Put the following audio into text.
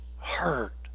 hurt